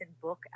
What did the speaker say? book